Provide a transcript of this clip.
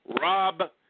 Rob